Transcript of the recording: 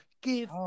Give